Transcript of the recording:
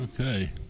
Okay